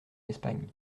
espagne